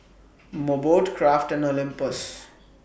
Mobot Kraft and Olympus